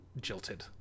jilted